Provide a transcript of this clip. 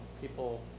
People